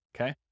Okay